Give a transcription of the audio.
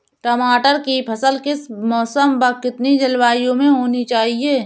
टमाटर की फसल किस मौसम व कितनी जलवायु में होनी चाहिए?